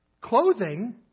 Clothing